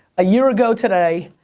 a year ago today